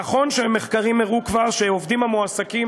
נכון שהמחקרים הראו כבר שעובדים המועסקים